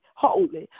holy